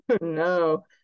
No